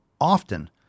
often